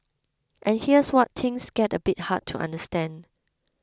and here's where things get a bit hard to understand